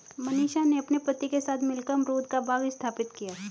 मनीषा ने अपने पति के साथ मिलकर अमरूद का बाग स्थापित किया